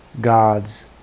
God's